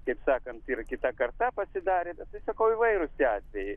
taip sakant yra kita karta pasidarė bet tai sakau įvairūs tie atvejai